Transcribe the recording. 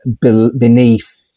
beneath